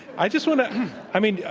i just want to i mean, yeah